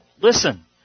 Listen